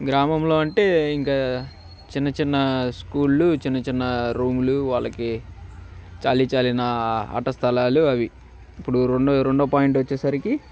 గ్రామంలో అంటే ఇంకా చిన్న చిన్న స్కూళ్ళు చిన్న చిన్న రూములు వాళ్ళకి చాలి చాలని ఆటస్థలాలు అవి ఇప్పుడు రెండో రెండవ పాయింట్ వచ్చేసరికి